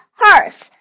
horse